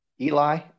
eli